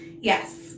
Yes